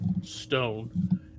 stone